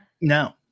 No